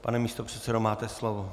Pane místopředsedo, máte slovo.